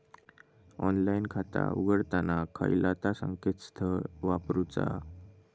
Online खाता उघडताना खयला ता संकेतस्थळ वापरूचा?